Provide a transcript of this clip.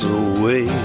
away